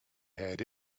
had